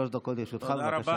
שלוש דקות לרשותך, בבקשה.